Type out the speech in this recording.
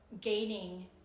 gaining